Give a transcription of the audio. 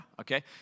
okay